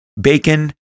Bacon